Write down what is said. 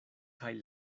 kaj